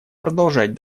продолжать